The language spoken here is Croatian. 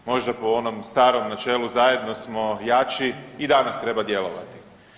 Možda po onom starom načelu zajedno smo jači i danas treba djelovati.